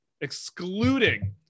excluding